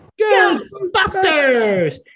Ghostbusters